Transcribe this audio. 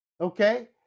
okay